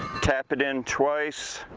tap it in twice,